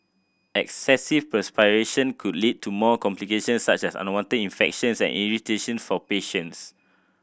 excessive perspiration could lead to more complications such as unwanted infections and irritation for patients